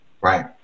Right